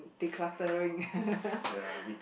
decluttering